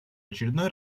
очередной